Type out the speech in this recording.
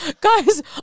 Guys